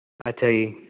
ਅੱਛਾ ਜੀ